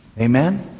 Amen